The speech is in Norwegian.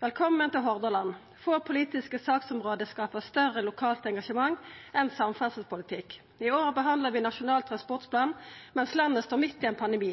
Hordaland! Få politiske saksområde skaper større lokalt engasjement enn samferdselspolitikk. I år behandlar vi Nasjonal transportplan mens landet står midt i ein pandemi.